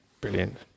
Brilliant